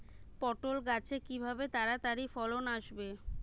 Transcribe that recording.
পটল গাছে কিভাবে তাড়াতাড়ি ফলন আসবে?